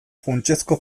funtsezko